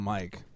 Mike